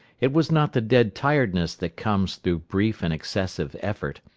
it was not the dead-tiredness that comes through brief and excessive effort,